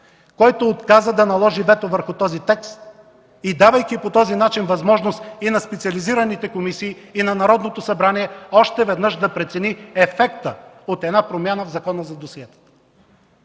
който отказа да наложи вето върху този текст, давайки по този начин възможност на специализираните комисии и на Народното събрание още веднъж да преценят ефекта от промяна в Закона за досиетата.